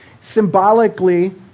symbolically